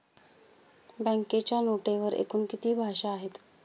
बँकेच्या नोटेवर एकूण किती भाषा आहेत?